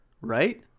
right